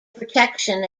protection